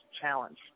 challenge